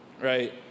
right